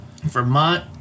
Vermont